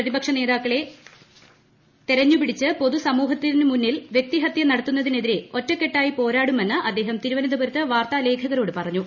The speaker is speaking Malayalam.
പ്രതിപക്ഷ നേതാക്കളെ തെരെഞ്ഞുപിടിച്ച് പൊതു സമൂഹത്തിനുമുന്നിൽ വൃക്തിഹത്യ നടത്തുന്നതിനെതിരെ ഒറ്റക്കെട്ടായി പോരാടുമെന്ന് അദ്ദേഹം തിരുവനന്തപുരത്ത് വാർത്താലേഖകരോട് പറഞ്ഞു